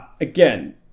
Again